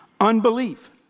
Unbelief